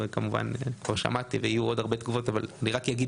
כמובן כבר שמעתי ויהיו עוד הרבה תגובות אבל אני רק אגיד